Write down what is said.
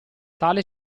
tale